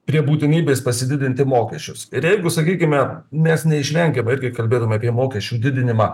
prie būtinybės pasididinti mokesčius ir jeigu sakykime mes neišvengiamai irgi kalbėdami apie mokesčių didinimą